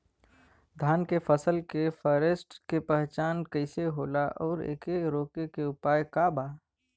धान के फसल के फारेस्ट के पहचान कइसे होला और एके रोके के उपाय का बा?